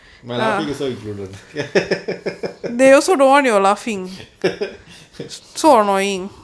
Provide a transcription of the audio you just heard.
my laughing also included